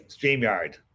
StreamYard